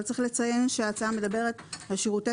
אבל צריך לציין שההצעה מדברת על שירותי